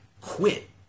quit